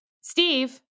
Steve